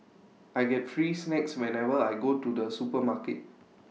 I get free snacks whenever I go to the supermarket